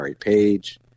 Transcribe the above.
Page